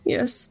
Yes